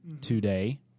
today